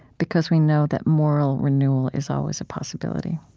because we know that moral renewal is always a possibility.